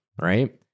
right